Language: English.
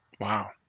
Wow